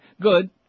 Good